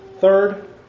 Third